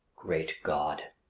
great god!